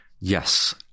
Yes